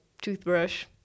Toothbrush